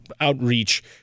outreach